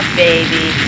baby